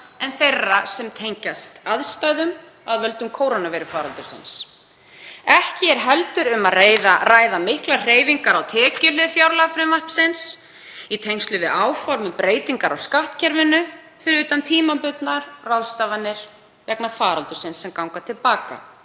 en þeirra sem tengjast aðstæðum af völdum kórónuveirufaraldursins. Ekki er heldur um að ræða miklar hreyfingar á tekjuhlið fjárlagafrumvarpsins í tengslum við áform um breytingar á skattkerfinu, fyrir utan tímabundnar ráðstafanir vegna faraldursins sem ganga til baka